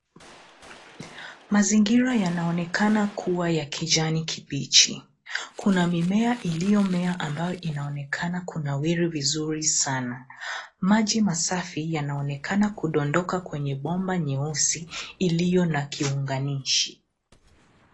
Mazingira yanaonekana kuwa ya kijani kibichi. Kuna mimea iliyomea ambayo inaonekana kunawiri vizuri sana. Maji masafi yanaonekana kudondoka kwenye bomba nyeusi iliyo na kiunganishi.